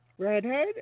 Redhead